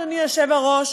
אדוני היושב-ראש,